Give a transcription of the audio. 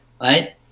right